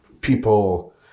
people